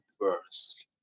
first